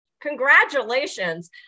Congratulations